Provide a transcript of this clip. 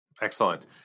Excellent